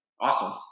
Awesome